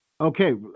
okay